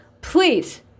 please